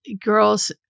girls